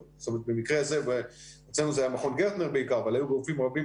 במקרה אצלנו זה היה מכון גרטנר בעיקר אבל היו גופים רבים